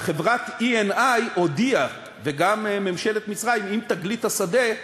חברת Eni הודיעה, וגם ממשלת מצרים, עם תגלית השדה,